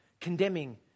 condemning